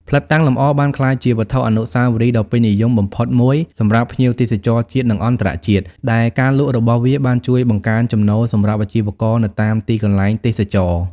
ផ្លិតតាំងលម្អបានក្លាយជាវត្ថុអនុស្សាវរីយ៍ដ៏ពេញនិយមបំផុតមួយសម្រាប់ភ្ញៀវទេសចរណ៍ជាតិ និងអន្តរជាតិ ដែលការលក់របស់វាបានជួយបង្កើនចំណូលសម្រាប់អាជីវករនៅតាមទីកន្លែងទេសចរណ៍។